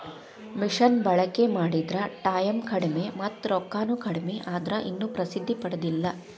ಮಿಷನ ಬಳಕಿ ಮಾಡಿದ್ರ ಟಾಯಮ್ ಕಡಮಿ ಮತ್ತ ರೊಕ್ಕಾನು ಕಡಮಿ ಆದ್ರ ಇನ್ನು ಪ್ರಸಿದ್ದಿ ಪಡದಿಲ್ಲಾ